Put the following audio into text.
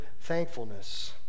thankfulness